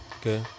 Okay